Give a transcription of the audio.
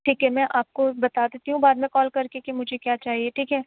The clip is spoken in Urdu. ٹھیک ہے میں آپ کو بتا دیتی ہوں بعد میں کال کر کے کہ مجھے کیا چاہیے ٹھیک ہے